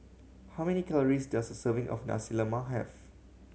how many calories does a serving of Nasi Lemak have